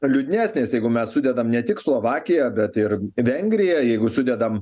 liūdnesnės jeigu mes sudedam ne tik slovakiją bet ir vengriją jeigu sudedam